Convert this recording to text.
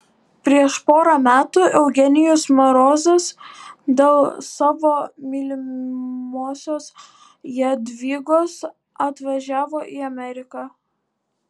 prieš porą metų eugenijus marozas dėl savo mylimosios jadvygos atvažiavo į ameriką